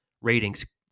ratings